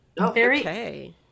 okay